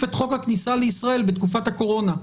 את חוק הכניסה לישראל בתקופת הקורונה.